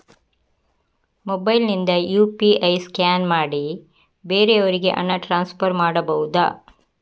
Mobile ನಿಂದ UPI scan ಮಾಡಿ ಬೇರೆಯವರಿಗೆ ಹಣ ಟ್ರಾನ್ಸ್ಫರ್ ಮಾಡಬಹುದ?